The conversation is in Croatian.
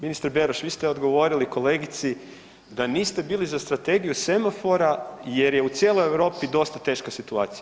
Ministre Beroš, vi ste odgovorili kolegici da niste bili za strategiju semafora jer je u cijeloj Europi dosta teška situacija.